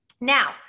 now